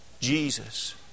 Jesus